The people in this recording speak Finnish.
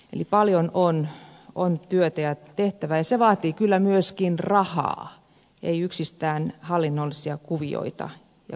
eli paljon on työtä ja tehtävää ja se vaatii kyllä myöskin rahaa ei yksistään hallinnollisia kuvioita ja kommervenkkeja